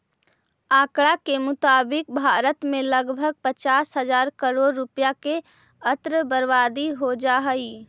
आँकड़ा के मुताबिक भारत में लगभग पचास हजार करोड़ रुपया के अन्न बर्बाद हो जा हइ